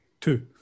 Two